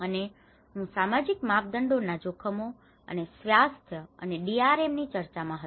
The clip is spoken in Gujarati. અને હું સામાજીક માપદંડો ના જોખમો અને સ્વાસ્થ્ય અને ડીઆરએમ ની ચર્ચા માં હતો